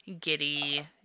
giddy